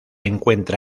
encuentra